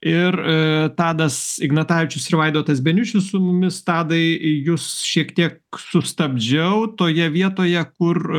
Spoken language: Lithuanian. ir tadas ignatavičius ir vaidotas beniušis su mumis tadai jus šiek tiek sustabdžiau toje vietoje kur